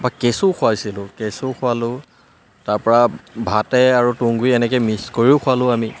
বা কেঁচু খুৱাইছিলোঁ কেঁচু খুৱালোঁ তাৰপৰা ভাতে আৰু তুঁহগুৰি এনেকে মিক্স কৰিও খুৱালোঁ আমি